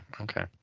Okay